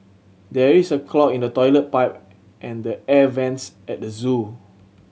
there is a clog in the toilet pipe and the air vents at the zoo